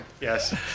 Yes